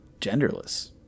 genderless